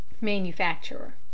Manufacturer